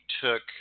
took